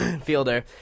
fielder